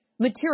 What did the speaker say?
Material